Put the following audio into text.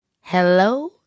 Hello